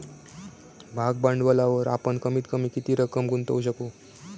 भाग भांडवलावर आपण कमीत कमी किती रक्कम गुंतवू शकू?